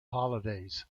holidays